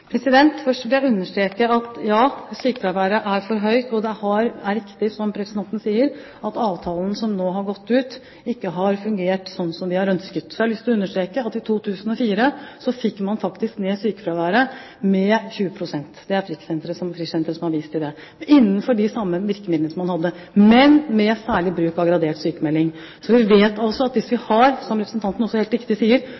Først vil jeg understreke at ja, sykefraværet er for høyt, og det er riktig som representanten sier, at avtalen som nå har gått ut, ikke har fungert slik vi har ønsket. Så har jeg lyst til å understreke at i 2004 fikk man faktisk ned sykefraværet med 20 pst. Det er Frischsenteret som har vist til det. Dette skjedde innenfor de samme virkemidlene som man hadde, men med særlig bruk av gradert sykmelding. Så vi vet altså at hvis vi har – som representanten også helt riktig sier